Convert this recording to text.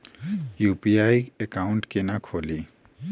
UPI account केना खोलि?